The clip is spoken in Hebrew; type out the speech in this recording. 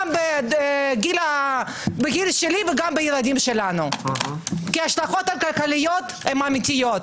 גם בגיל שלי וגם בילדים שלנו כי ההשלכות הכלכליות הן אמיתיות,